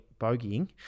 bogeying